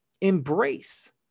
embrace